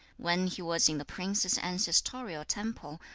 when he was in the prince's ancestorial temple,